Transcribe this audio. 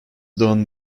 done